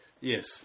Yes